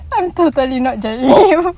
I'm totally not judging you